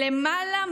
ליותר